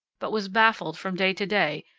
but was baffled from day to day,